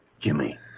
Jimmy